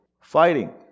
fighting